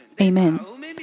Amen